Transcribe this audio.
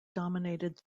dominated